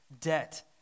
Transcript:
debt